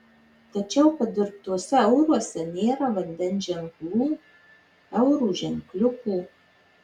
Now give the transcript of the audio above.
tačiau padirbtuose euruose nėra vandens ženklų euro ženkliuko